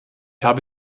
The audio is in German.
habe